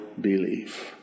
believe